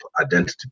identity